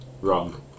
wrong